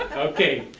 okay.